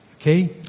okay